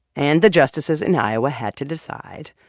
and the justices in iowa had to decide,